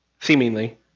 seemingly